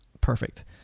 perfect